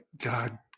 God